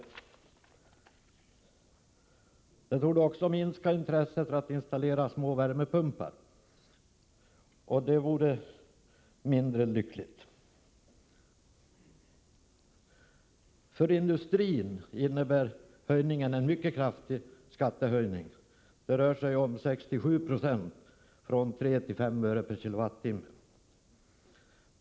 Höjningen av elskatten torde också minska intresset för att installera små värmepumpar, och det vore mindre lyckligt. För industrin innebär höjningen en mycket kraftig skatteökning. Det rör sig om 67 96 — från 3 till 5 öre per kWh.